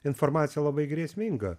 informacija labai grėsminga